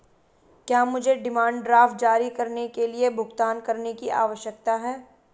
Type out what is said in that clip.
क्या मुझे demand draft जारी करने के लिए भुगतान करने की आवश्यकता है?